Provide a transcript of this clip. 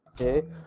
okay